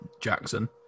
Jackson